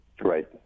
Right